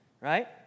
right